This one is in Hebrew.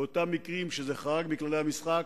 באותם מקרים שזה חרג מכללי המשחק,